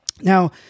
Now